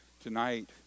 Tonight